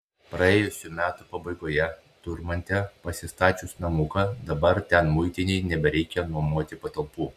praėjusių metų pabaigoje turmante pasistačius namuką dabar ten muitinei nebereikia nuomoti patalpų